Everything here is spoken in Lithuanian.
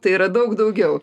tai yra daug daugiau